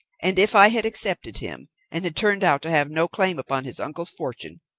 and, if i had accepted him and had turned out to have no claim upon his uncle's fortune,